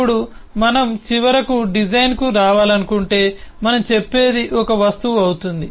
ఇప్పుడు మనం చివరకు డిజైన్కు రావాలనుకుంటే మనం చెప్పేది ఒక వస్తువు అవుతుంది